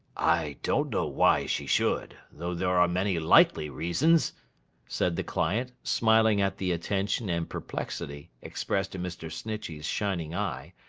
i don't know why she should, though there are many likely reasons said the client, smiling at the attention and perplexity expressed in mr. snitchey's shining eye,